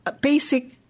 Basic